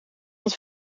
het